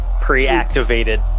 pre-activated